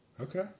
Okay